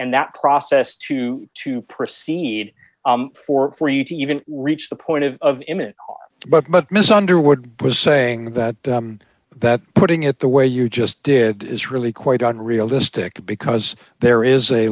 and that process to to proceed for for you to even reach the point of imminent but ms underwood was saying that that putting it the way you just did is really quite on realistic because there is a